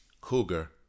cougar